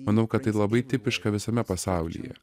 manau kad tai labai tipiška visame pasaulyje